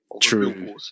true